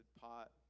pot